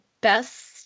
best